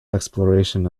exploration